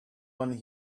one